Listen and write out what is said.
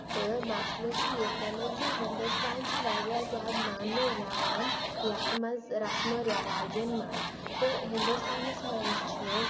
تہٕ مَسلہٕ چھُ یِتھ کَنیتھ زِ ہِندوستان چھُ واریاہ زیادٕ ماننہٕ یَوان یَتھ منٛز رَسمو ریواجن منٛز تہٕ ہِندوستانَس منٛز چھُ